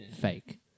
fake